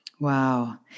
Wow